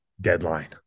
deadline